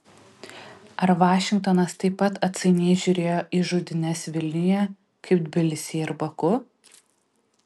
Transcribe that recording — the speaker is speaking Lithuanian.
ar vašingtonas taip pat atsainiai žiūrėjo į žudynes vilniuje kaip tbilisyje ir baku